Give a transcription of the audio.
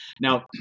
Now